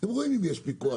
הם רואים אם יש פיקוח אמיתי,